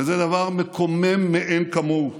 וזה דבר מקומם מאין כמוהו.